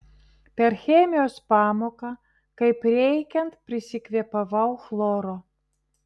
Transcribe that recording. per chemijos pamoką kaip reikiant prisikvėpavau chloro